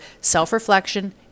self-reflection